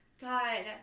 God